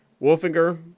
Wolfinger